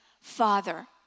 father